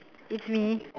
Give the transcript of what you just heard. it's me